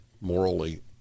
Morally